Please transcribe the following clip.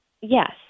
Yes